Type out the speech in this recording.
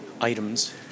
items